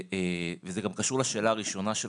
וזה גם קשור לשאלה הראשונה שלך,